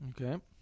Okay